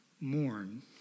mourn